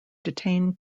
detain